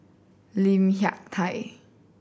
Lim Hak Tai